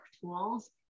tools